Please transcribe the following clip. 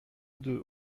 deux